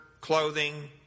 clothing